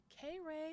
K-Ray